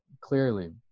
clearly